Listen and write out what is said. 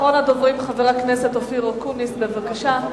אחרון הדוברים, חבר הכנסת אופיר אקוניס, בבקשה.